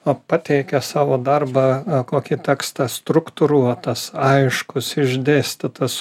o pateikia savo darbą kokį tekstą struktūruotas aiškus išdėstytas